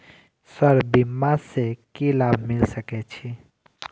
Sir बीमा से की लाभ मिल सके छी?